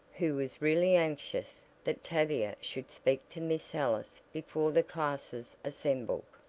who was really anxious that tavia should speak to miss ellis before the classes assembled.